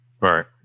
Right